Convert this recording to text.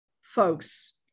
folks